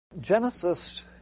Genesis